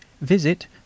Visit